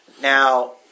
Now